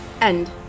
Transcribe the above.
End